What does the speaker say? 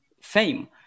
fame